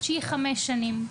שהיא חמש שנים.